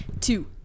two